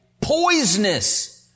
Poisonous